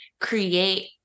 create